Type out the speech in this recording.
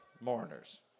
mourners